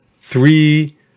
three